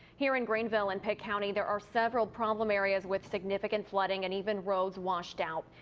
here in greenville and pitt county there are several problem areas with significant flooding and even roads washed out.